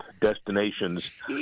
destinations